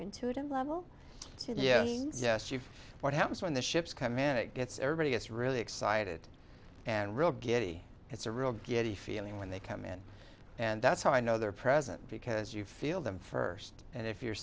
intuitive level to yes yes you what happens when the ships come in it gets everybody gets really excited and real giddy it's a real giddy feeling when they come in and that's how i know they're present because you feel them first and if you're